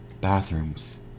bathrooms